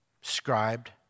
scribed